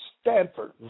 Stanford